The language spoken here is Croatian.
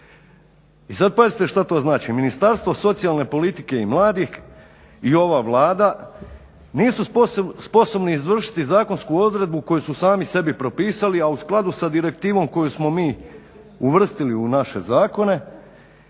I sad pazite što to znači, Ministarstvo socijalne politike i mladih i ova Vlada nisu sposobni izvršiti zakonsku odredbu koju su sami sebi propisali a u skladu sa direktivom koju smo mi uvrstili u naše zakone